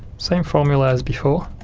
same formula as before